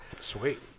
Sweet